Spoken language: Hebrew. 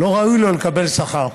לא ראוי לו לקבל שכר.